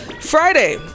Friday